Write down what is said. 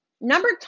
Number